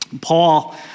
Paul